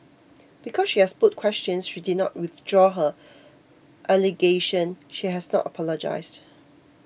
because she has put questions she did not withdraw her allegation she has not apologised